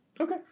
Okay